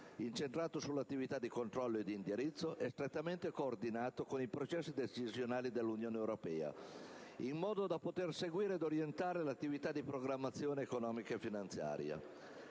incentrato sull'attività di controllo e di indirizzo e strettamente coordinato con i processi decisionali dell'Unione europea, in modo da poter seguire ed orientare l'attività di programmazione economica e finanziaria.